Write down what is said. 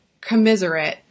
commiserate